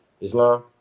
Islam